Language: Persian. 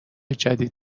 جدید